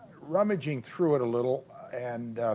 rummaging through it a little and